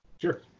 Sure